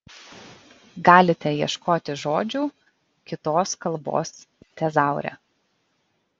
galite ieškoti žodžių kitos kalbos tezaure